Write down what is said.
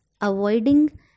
avoiding